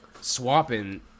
swapping